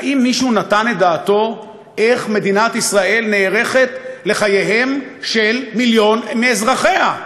האם מישהו נתן דעתו איך מדינת ישראל נערכת לחייהם של מיליון מאזרחיה?